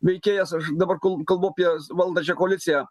veikėjas aš dabar kol kalbu apie valdančią koaliciją